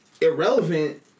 irrelevant